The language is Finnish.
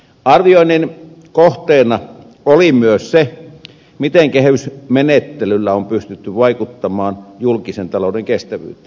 arvioinnin kohteena oli myös se miten kehysmenettelyllä on pystytty vaikuttamaan julkisen talouden kestävyyteen